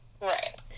Right